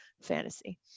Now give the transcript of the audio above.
fantasy